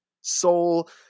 Soul